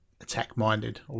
attack-minded